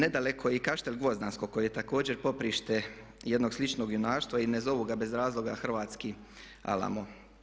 Nedaleko i kaštel Gvozdansko koji je također poprište jednog sličnog junaštva i ne zovu ga bez razloga hrvatski Alamo.